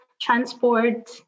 transport